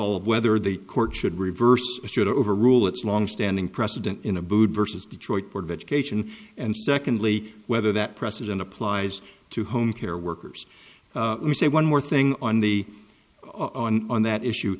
all of whether the court should reverse should overrule its longstanding precedent in a boot versus detroit board of education and secondly whether that precedent applies to home care workers who say one more thing on the on on that issue